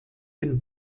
den